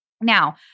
Now